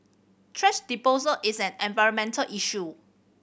thrash disposal is an environmental issue